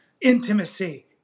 Intimacy